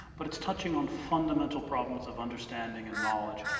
but it's touching on fundamental problems of understanding and knowledge.